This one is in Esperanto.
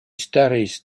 staris